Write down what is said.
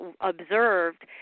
observed